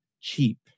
cheap